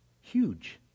Huge